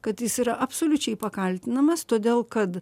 kad jis yra absoliučiai pakaltinamas todėl kad